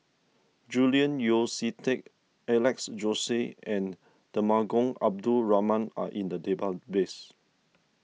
Julian Yeo See Teck Alex Josey and Temenggong Abdul Rahman are in the database